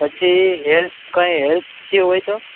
પછી હેલ્પ કઈ હેલ્પ થયો હોય તો